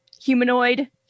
humanoid